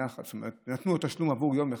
זאת אומרת נתנו לו תשלום עבור יום,